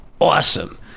Awesome